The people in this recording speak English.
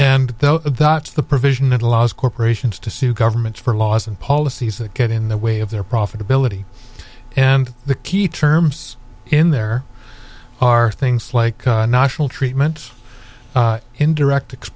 and that's the provision that allows corporations to sue governments for laws and policies that get in the way of their profitability and the key terms in there are things like national treatment indirect